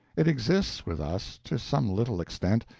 it exists with us, to some little extent,